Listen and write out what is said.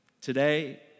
Today